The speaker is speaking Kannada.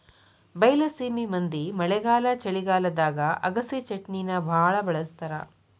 ಬೈಲಸೇಮಿ ಮಂದಿ ಮಳೆಗಾಲ ಚಳಿಗಾಲದಾಗ ಅಗಸಿಚಟ್ನಿನಾ ಬಾಳ ಬಳ್ಸತಾರ